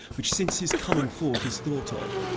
which since his coming forth is thought of,